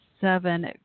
seven